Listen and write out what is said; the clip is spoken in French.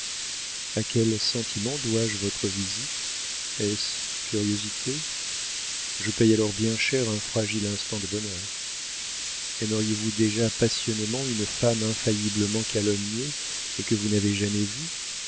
a quel sentiment dois-je votre visite est-ce curiosité je paie alors bien cher un fragile instant de bonheur aimeriez vous déjà passionnément une femme infailliblement calomniée et que vous n'avez jamais vue